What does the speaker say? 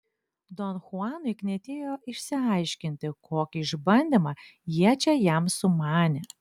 don chuanui knietėjo išsiaiškinti kokį išbandymą jie čia jam sumanė